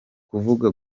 kuvuga